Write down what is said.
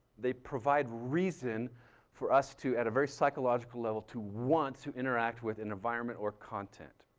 they provide reason for us to, at a very psychological level, to want to interact with an environment or content.